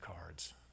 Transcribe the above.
cards